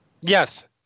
Yes